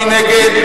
מי נגד?